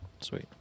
Sweet